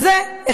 אז זה,